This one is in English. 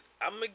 I'ma